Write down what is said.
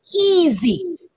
easy